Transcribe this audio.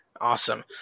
Awesome